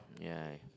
yeah